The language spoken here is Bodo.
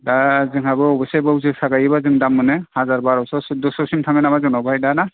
दा जोेंहाबो अब'से बाव जोसा गायोबा जों दाम मोनो हाजार बार'स' सुद्द'स'सिम थाङो नामा जोंनाव बेहाय दा ना